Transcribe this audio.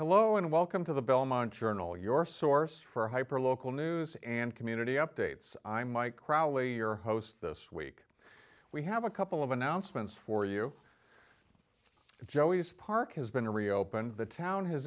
hello and welcome to the belmont journal your source for hyper local news and community updates i'm mike crowley your host this week we have a couple of announcements for you joey's park has been reopened the town